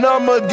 I'ma